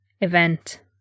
event